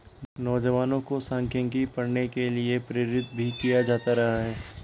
नौजवानों को सांख्यिकी पढ़ने के लिये प्रेरित भी किया जाता रहा है